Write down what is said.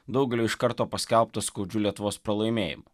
daugelio iš karto paskelbtas skaudžiu lietuvos pralaimėjimu